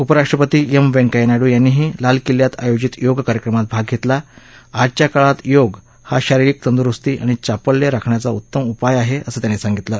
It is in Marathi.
उपराष्ट्रपती एम व्यंकय्या नायडू यांनीही लालकिल्ल्यात आयोजित योग कार्यक्रमात भाग घेतला आजच्या काळात योग हा शारिरीक तंदुरुस्ती आणि चापल्य राखण्याचा उत्तम उपाय आहे असं त्यांनी सांगितलं